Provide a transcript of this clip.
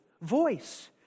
voice